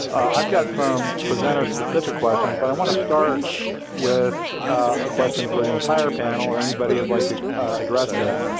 i've got some presenter specific questions but i want to start with a question for the entire panel or anybody would like to address this.